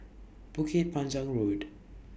Bukit Panjang Road